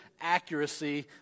accuracy